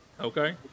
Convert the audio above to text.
Okay